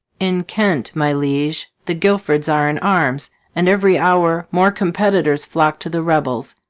in kent, my liege, the guilfords are in arms and every hour more competitors flock to the rebels,